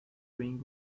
ring